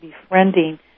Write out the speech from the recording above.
befriending